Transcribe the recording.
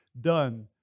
done